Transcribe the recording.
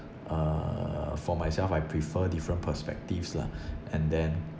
uh for myself I prefer different perspectives lah and then